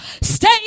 Stay